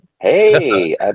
Hey